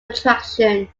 attraction